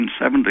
1970